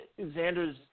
Xander's